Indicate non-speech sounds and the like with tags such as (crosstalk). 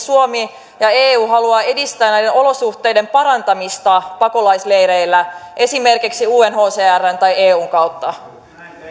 (unintelligible) suomi ja eu haluavat edistää näiden olosuhteiden parantamista pakolaisleireillä esimerkiksi unhcrn tai eun kautta